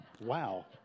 Wow